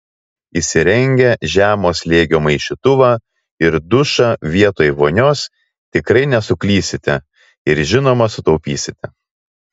įsirengę žemo slėgio maišytuvą ir dušą vietoj vonios tikrai nesuklysite ir žinoma sutaupysite